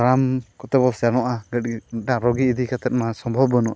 ᱛᱟᱲᱟᱢ ᱠᱚᱛᱮᱵᱚ ᱥᱮᱱᱚᱜᱼᱟ ᱜᱟᱹᱰᱤ ᱢᱤᱫᱴᱟᱝ ᱨᱩᱜᱤ ᱤᱫᱤ ᱠᱟᱛᱮᱫ ᱢᱟ ᱥᱚᱢᱵᱷᱚᱵᱽ ᱵᱟᱹᱱᱩᱜᱼᱟ